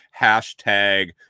hashtag